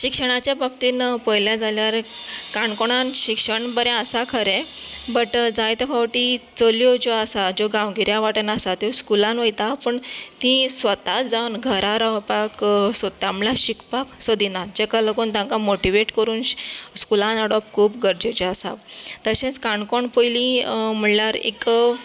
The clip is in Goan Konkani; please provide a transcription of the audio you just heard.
शिक्षणाच्या बाबतींत पयलें जाल्यार काणकोणान शिक्षण बरें आसा खरें बट जायतें फावटीं चलयो ज्यो आसा ज्यो गांवगिऱ्या वाठारान आसा त्यो स्कुलान वयता पूण ती स्वता जावन घरां रावपाक सोदता म्हणल्यार शिकपाक सोदिनात जाका लागून तांकां मोटिवेट करून स्कुलान हाडप खूब गरजेचे आसा तशेंच काणकोण पयली म्हणल्यार एक